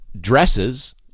dresses